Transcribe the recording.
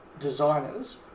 designers